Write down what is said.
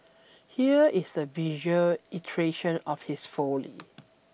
here is the visual iteration of his folly